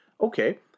Okay